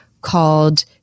called